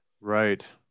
Right